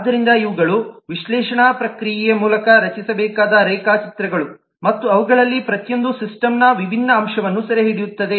ಆದ್ದರಿಂದ ಇವುಗಳು ವಿಶ್ಲೇಷಣಾ ಪ್ರಕ್ರಿಯೆಯ ಮೂಲಕ ರಚಿಸಬೇಕಾದ ರೇಖಾಚಿತ್ರಗಳು ಮತ್ತು ಅವುಗಳಲ್ಲಿ ಪ್ರತಿಯೊಂದೂ ಸಿಸ್ಟಮ್ನ ವಿಭಿನ್ನ ಅಂಶವನ್ನು ಸೆರೆಹಿಡಿಯುತ್ತದೆ